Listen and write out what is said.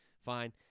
fine